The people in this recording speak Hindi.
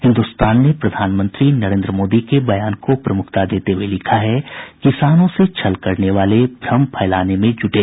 हिन्दुस्तान ने प्रधानमंत्री नरेन्द्र मोदी के बयान को प्रमुखता देते हुये लिखा है किसानों से छल करने वाले भ्रम फैलाने में जुटे